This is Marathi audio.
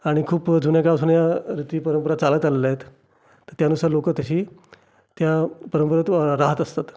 आणि खूप जुन्या काळापासून ह्या रीती परंपरा चालत आलेल्या आहेत तर त्यानुसार लोकं तशी त्या परंपरात राहात असतात